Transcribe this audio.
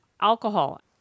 alcohol